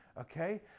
okay